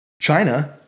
China